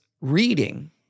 reading